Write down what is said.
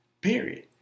Period